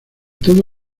todo